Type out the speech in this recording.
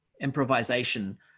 improvisation